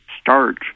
starch